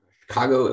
Chicago